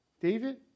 David